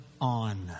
on